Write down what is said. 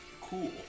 Cool